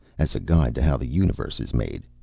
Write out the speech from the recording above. as a guide to how the universe is made,